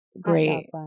great